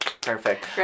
perfect